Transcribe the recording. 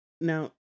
Now